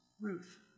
Ruth